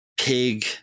pig